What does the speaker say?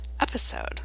episode